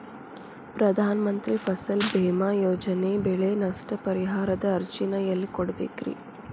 ಪ್ರಧಾನ ಮಂತ್ರಿ ಫಸಲ್ ಭೇಮಾ ಯೋಜನೆ ಬೆಳೆ ನಷ್ಟ ಪರಿಹಾರದ ಅರ್ಜಿನ ಎಲ್ಲೆ ಕೊಡ್ಬೇಕ್ರಿ?